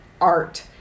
art